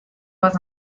was